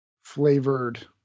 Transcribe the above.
flavored